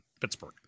Pittsburgh